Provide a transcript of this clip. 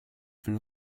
will